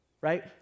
right